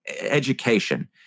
education